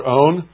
own